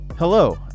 Hello